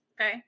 Okay